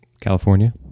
California